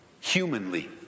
humanly